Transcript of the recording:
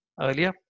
earlier